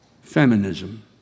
feminism